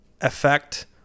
effect